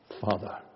Father